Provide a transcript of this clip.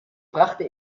brachte